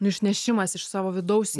nu išnešimas iš savo vidaus